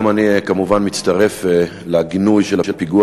גם אני כמובן מצטרף לגינוי של הפיגוע